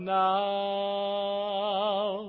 now